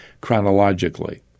chronologically